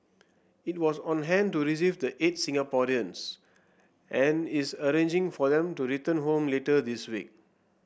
it was on hand to receive the eight Singaporeans and is arranging for them to return home later this week